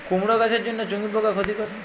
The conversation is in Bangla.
কুমড়ো গাছের জন্য চুঙ্গি পোকা ক্ষতিকর?